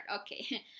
Okay